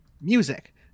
music